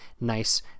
nice